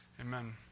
Amen